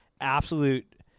absolute